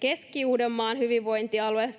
Keski-Uudenmaan hyvinvointialue